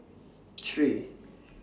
three